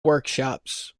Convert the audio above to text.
workshops